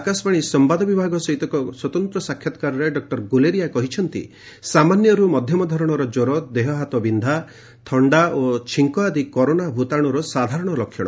ଆକାଶବାଣୀ ସମ୍ଘାଦ ବିଭାଗ ସହିତ ଏକ ସ୍ୱତନ୍ତ୍ର ସାକ୍ଷାତକାରରେ ଡକ୍ଟର ଗୁଲେରିଆ କହିଛନ୍ତି ସାମାନ୍ୟରୁ ମଧ୍ୟମ ଧରଣର କ୍ୱର ଦେହହାତ ବିନ୍ଧା ଛିଟିକା ଥଣ୍ଡା ଓ ଛିଙ୍କ ଆଦି କରୋନା ଭୂତାଣୁର ସାଧାରଣ ଲକ୍ଷଣ